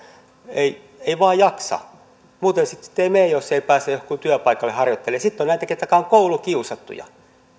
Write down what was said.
ei ei vain jaksa muuten sitten sitten ei mene jos ei pääse johonkin työpaikalle harjoittelemaan sitten on näitä ketkä ovat koulukiusattuja eivät